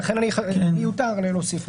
לכן מיותר להוסיף.